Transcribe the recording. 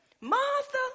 Martha